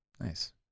Nice